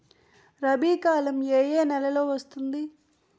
రబీ కాలం ఏ ఏ నెలలో వస్తుంది?